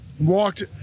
walked